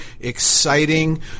exciting